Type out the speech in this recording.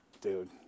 dude